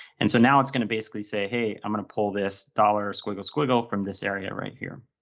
and so now it's going to basically say, hey, i'm going to pull this dollar squiggle, squiggle from this area right here.